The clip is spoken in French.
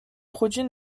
produits